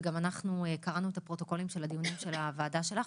וגם אנחנו קראנו את הפרוטוקולים של דיוני הוועדה שלך,